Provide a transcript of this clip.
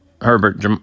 Herbert